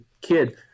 kid